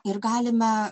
ir galime